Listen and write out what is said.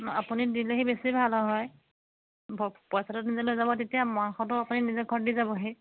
আপুনি দিলেহি বেছি ভাল হয় পইচাটো নিজে লৈ যাব তেতিয়া মাংসটো আপুনি নিজে ঘৰত দি যাবহি